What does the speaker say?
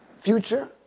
future